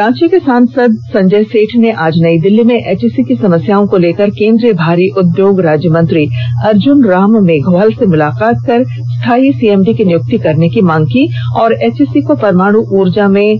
रांची के सांसद संजय सेठ ने आज नई दिल्ली में एचईसी की समस्याओं को लेकर केंद्रीय भारी उद्योग राज्यमंत्री अर्जुन राम मेघवाल से मुलाकात कर स्थाई सीएमडी की नियुक्ति करने की मांग की और एवईसी को परमाणु ऊर्जा में